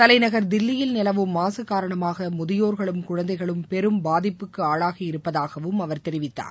தலைநகர் தில்லியில் நிலவும் மாசு காரணமாக முதியோர்களும் குழந்தைகளும் பெரும் பாதிப்புக்கு ஆளாகியிருப்பதாகவும் அவர் தெரிவித்தார்